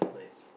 nice